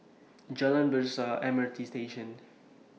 Jalan Besar M R T Station